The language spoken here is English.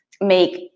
make